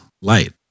light